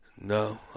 no